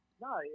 No